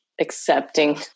accepting